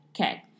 Okay